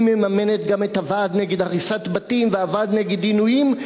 היא מממנת גם את "הוועד נגד הריסת בתים" והוועד הציבורי נגד עינויים,